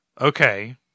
Okay